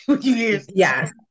Yes